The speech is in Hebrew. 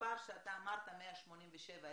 המספר שאתה אמרת 187,000,